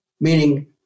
meaning